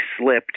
slipped